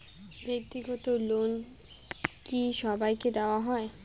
ব্যাক্তিগত লোন কি সবাইকে দেওয়া হয়?